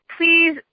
please